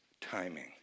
timing